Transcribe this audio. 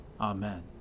Amen